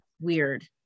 weird